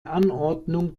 anordnung